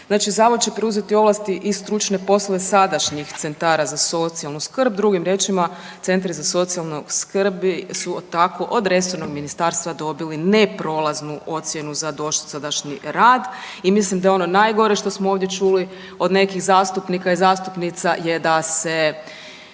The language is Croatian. znači zavod će preuzeti ovlasti i stručne poslove sadašnjih centara za socijalnu skrb. Drugim riječima centri za socijalnu skrb su tako od resornog ministarstva dobili neprolaznu ocjenu za dosadašnji rad i mislim da je ono najgore što smo ovdje čuli od nekih zastupnika i zastupnica je da se